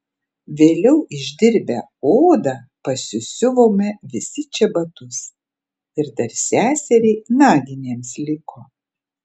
vėliau išdirbę odą pasisiuvome visi čebatus ir dar seseriai naginėms liko